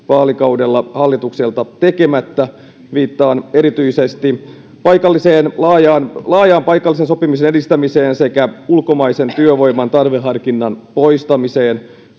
vaalikaudella hallitukselta tekemättä viittaan erityisesti laajaan laajaan paikallisen sopimisen edistämiseen sekä ulkomaisen työvoiman tarveharkinnan poistamiseen